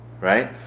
right